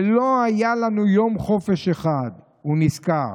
ולא היה לנו יום חופש אחד', הוא נזכר.